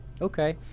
Okay